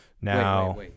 now